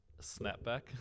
snapback